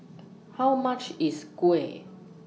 How much IS Kuih